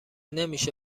نمیشه